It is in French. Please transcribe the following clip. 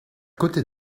côté